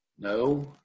No